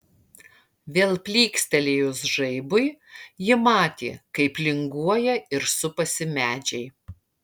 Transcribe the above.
vėl plykstelėjus žaibui ji matė kaip linguoja ir supasi medžiai